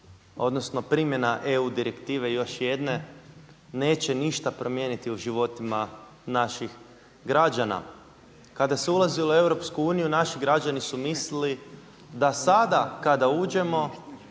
odnosno primjena EU direktive još jedne neće ništa promijeniti u životima naših građana. Kada se ulazilo u EU naši građani su mislili da sada kada uđemo,